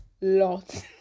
lots